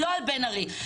לא על בן ארי.